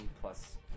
plus